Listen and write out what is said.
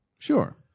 Sure